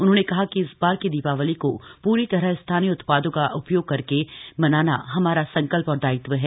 उन्होंने कहा कि इस बार की दीपावली को पूरी तरह स्थानीय उत्पादों का उपयोग करके मनाना हमारा संकल्प और दायित्व है